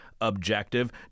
objective